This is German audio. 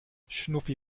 schnuffi